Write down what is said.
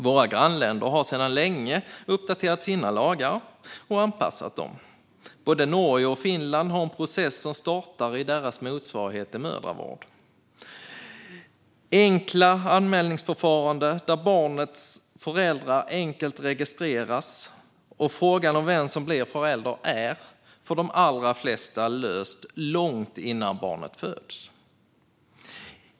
Våra grannländer har sedan länge uppdaterat sina lagar och anpassat dem. Både Norge och Finland har en process som startar i deras motsvarighet till mödravården. De har enkla anmälningsförfaranden där barnets föräldrar enkelt registreras, och frågan om vem som blir förälder är för de allra flesta löst långt innan barnet föds.